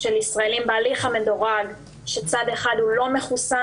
ישראלים בהליך המדורג כאשר צד אחד הוא לא מחוסן.